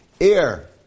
air